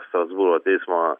strasbūro teismo